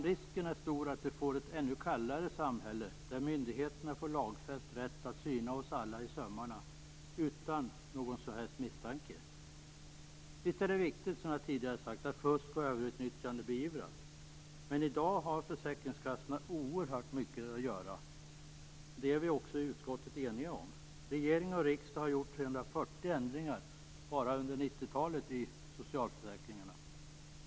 Risken är stor att vi får ett ännu kallare samhälle, där myndigheterna får lagfäst rätt att syna oss alla i sömmarna utan någon som helst misstanke. Viss är det viktigt, som jag tidigare har sagt, att fusk och överutnyttjande beivras. Men i dag har försäkringskassorna oerhört mycket att göra. Det är vi eniga om i utskottet. Regering och riksdag har gjort 340 ändringar bara under 90-talet i socialförsäkringarna.